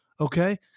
Okay